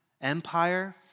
empire